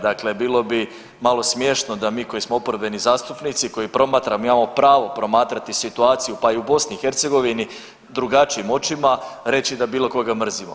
Dakle, bilo bi malo smiješno da mi koji smo oporbeni zastupnici, koji promatramo, mi imamo pravo promatrati situaciju pa i u BiH drugačijim očima, reći da bilo koga mrzimo.